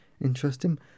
interesting